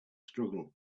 struggle